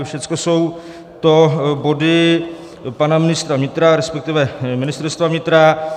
Všechno jsou to body pana ministra vnitra, resp. Ministerstva vnitra.